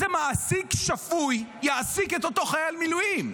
איזה מעסיק שפוי יעסיק את אותו חייל מילואים?